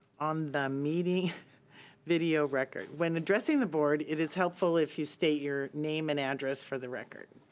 on the meeting video record. when addressing the board it is helpful if you state your name and address for the record.